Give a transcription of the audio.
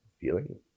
feeling